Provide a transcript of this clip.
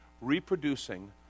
reproducing